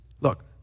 Look